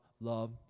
love